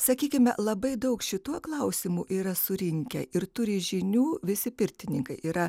sakykime labai daug šituo klausimu yra surinkę ir turi žinių visi pirtininkai yra